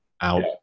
out